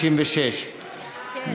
156. כן.